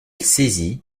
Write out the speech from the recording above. saisit